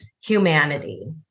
humanity